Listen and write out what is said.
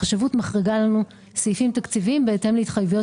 החשבות מחריגה לנו סעיפים תקציביים בהתאם להתחייבויות